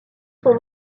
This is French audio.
son